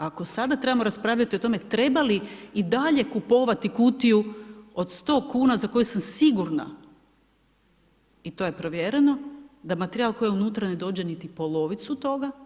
Ako sada trebamo raspravljati o tome, treba li i dalje kupovati kutiju od 100 kn za koju sam sigurna i to je povjereno, da materijal koji je unutarnje dođe niti polovicu toga.